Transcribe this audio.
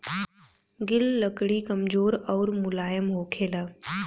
गिल लकड़ी कमजोर अउर मुलायम होखेला